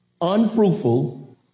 unfruitful